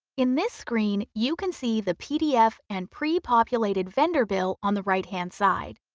in this screen you can see the pdf and pre-populated vendor bill on the right-hand side.